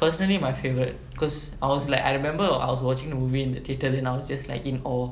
personally my favourite cause I was like I remember I was watching the movie in the theatre and I was just like in awe